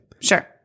Sure